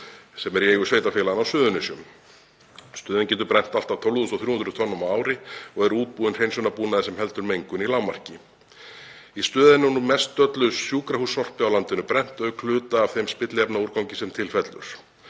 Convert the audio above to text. sem er í eigu sveitarfélaganna á Suðurnesjum. Stöðin getur brennt allt að 12.300 tonnum á ári og er útbúin hreinsunarbúnaði sem heldur mengun í lágmarki. Í stöðinni er nú mestöllu sjúkrahússorpi á landinu brennt auk hluta af þeim spilliefnaúrgangi sem til fellur.